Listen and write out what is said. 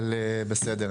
אבל בסדר,